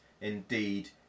indeed